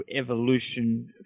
evolution